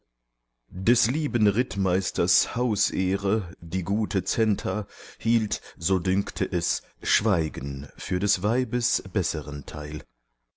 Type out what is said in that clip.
des lieben rittmeisters hausehre die gute centa hielt so dünkte es schweigen für des weibes besseren teil